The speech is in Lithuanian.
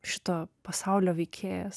šito pasaulio veikėjas